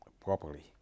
properly